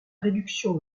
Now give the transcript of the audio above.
réduction